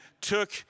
took